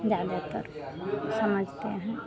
ज़्यादातर समझते हैं